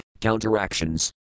counteractions